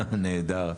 נהדר.